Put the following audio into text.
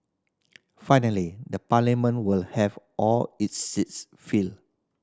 finally the Parliament will have all its seats filled